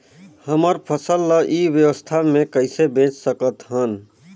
हमर फसल ल ई व्यवसाय मे कइसे बेच सकत हन?